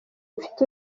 mfite